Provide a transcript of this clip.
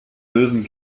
lösen